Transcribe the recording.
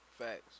Facts